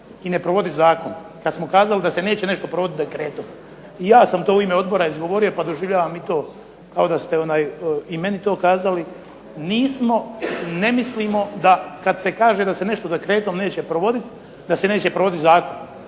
i ne provoditi zakon, kada smo kazali da se nešto neće provoditi dekretom. Ja sam to u ime odbora izgovorio, pa doživljavam i to kao da ste i meni to kazali. Nismo, ne mislimo da kada se kaže da se nešto dekretom neće provoditi da se neće provoditi zakon.